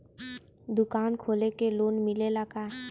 दुकान खोले के लोन मिलेला का?